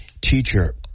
teacher